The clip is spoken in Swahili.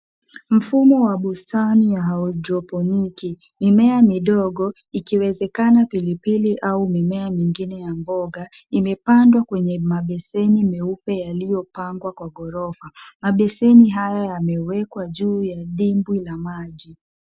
Mfumo wa bustani ya hidroponiki ina mimea midogo ikiwezekana pilipili au mimea mingine ya mboga. Imepandwa kwenye mabeseni meupe yaliyopangwa kwenye ghorofa. Mabeseni haya yamewekwa juu ya dimbwi la maji.